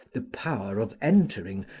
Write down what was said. the power of entering,